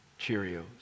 Cheerios